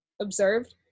observed